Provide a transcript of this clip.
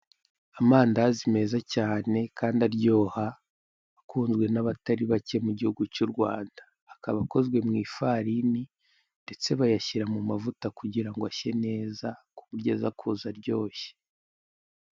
Amandazi meza cyane kandi aryoha akunzwe n'abatari bake mu gihugu cy'u Rwanda, akaba akozwe mu ifarini ndetse bayashyira mu mavuta kugira ngo ashye neza ku buryo aza kuza aryoshye.